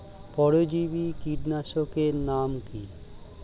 পরজীবী কীটনাশকের নাম কি?